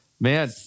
man